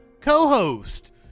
co-host